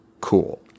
cool